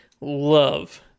love